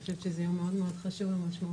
אני חושבת שזה יום מאוד מאוד חשוב ומשמעותי,